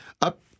up